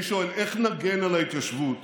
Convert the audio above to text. אני שואל: איך נגן על ההתיישבות